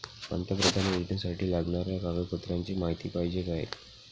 पंतप्रधान योजनेसाठी लागणाऱ्या कागदपत्रांची माहिती पाहिजे आहे